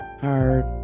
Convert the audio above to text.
hard